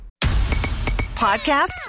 Podcasts